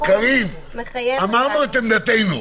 קארין, לא צריך להתווכח, אמרנו את עמדתנו.